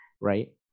right